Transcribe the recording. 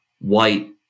white